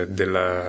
della